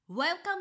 Welcome